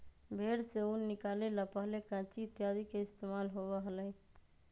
भेंड़ से ऊन निकाले ला पहले कैंची इत्यादि के इस्तेमाल होबा हलय